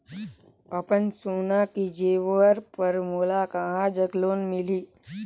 अपन सोना के जेवर पर मोला कहां जग लोन मिलही?